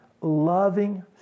loving